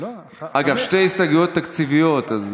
אגב, שתי הסתייגויות תקציביות.